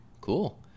Cool